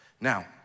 Now